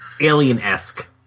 alien-esque